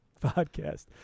podcast